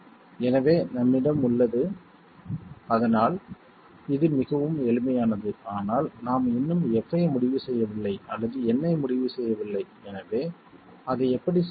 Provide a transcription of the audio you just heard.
எனவே நம்மிடம் உள்ளது அதனால் இது மிகவும் எளிமையானது ஆனால் நாம் இன்னும் f ஐ முடிவு செய்யவில்லை அல்லது n ஐ முடிவு செய்யவில்லை எனவே அதை எப்படி செய்வது